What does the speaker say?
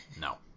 No